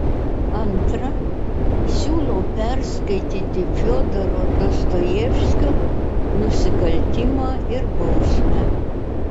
antra siūlau perskaityti fiodoro dostojevskio nusikaltimą ir bausmę